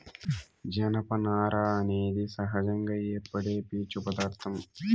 జనపనార అనేది సహజంగా ఏర్పడే పీచు పదార్ధం